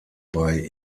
bei